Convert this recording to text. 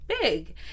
big